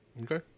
Okay